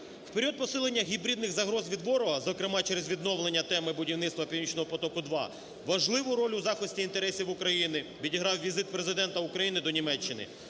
В період посилення гібридних загроз від ворога, зокрема через відновлення теми будівництва "Північного потоку-2", важливу роль у захисті інтересів України відіграв візит Президента України до Німеччини.